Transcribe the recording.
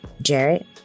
Jared